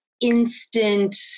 instant